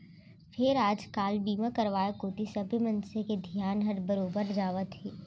फेर आज काल बीमा करवाय कोती सबे मनसे के धियान हर बरोबर जावत हे